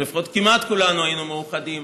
או לפחות כמעט כולנו היינו מאוחדים,